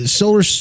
solar